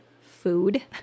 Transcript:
food